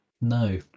No